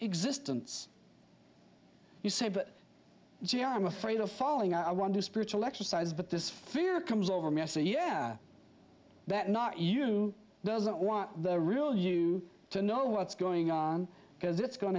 existence you say but gee i'm afraid of falling i want to spiritual exercise but this fear comes over me so yeah that not you doesn't want the real you to know what's going on because it's going